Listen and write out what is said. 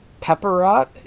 Pepperot